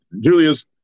Julius –